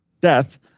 death